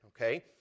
Okay